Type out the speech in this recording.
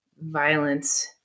violence